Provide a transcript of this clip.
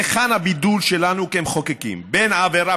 היכן הבידול שלנו כמחוקקים בין עבירה